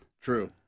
True